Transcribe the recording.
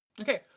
Okay